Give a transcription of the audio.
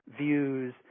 views